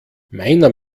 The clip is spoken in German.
meiner